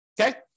Okay